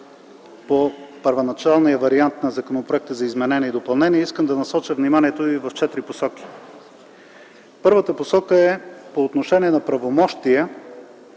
по първоначалния вариант на Законопроекта за изменение и допълнение. Искам да насоча вниманието ви в четири посоки. Първата посока е по отношение на правомощия,